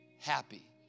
happy